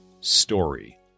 story